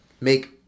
make